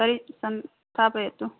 तर्हि स्थापयतु